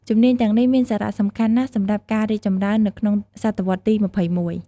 ជំនាញទាំងនេះមានសារៈសំខាន់ណាស់សម្រាប់ការរីកចម្រើននៅក្នុងសតវត្សទី ២១។